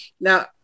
Now